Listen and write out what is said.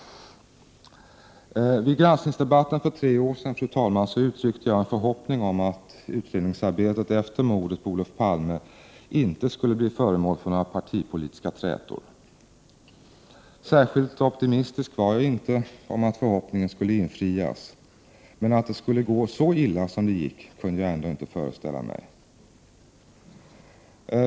Vid granskningsdebatten för tre år sedan uttryckte jag en förhoppning om att utredningsarbetet efter mordet på Olof Palme inte skulle bli föremål för några partipolitiska trätor. Särskilt optimistisk var jag inte om att förhoppningen skulle infrias men att det skulle gå så illa som det gick kunde jag ändå inte föreställa mig.